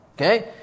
Okay